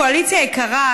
קואליציה יקרה,